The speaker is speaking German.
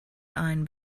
ein